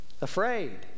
afraid